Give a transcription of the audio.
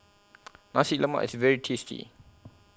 Nasi Lemak IS very tasty